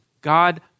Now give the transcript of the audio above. God